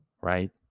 right